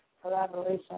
collaboration